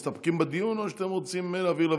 מסתפקים בדיון או שאתם רוצים להעביר לוועדה?